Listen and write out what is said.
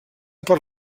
per